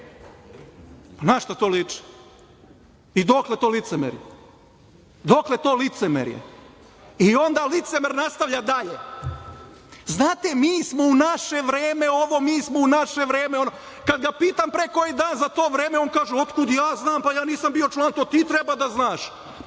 Na šta to liči i dokle to licemerje? Dokle to licemerje? Onda licemer nastavlja dalje. Znate mi smo u naše vreme ovo, mi smo u naše vreme ono. Kad ga pitam pre koji dan za to vreme, on kaže - otkud ja znam pa ja nisam biočlan, to ti treba da znaš.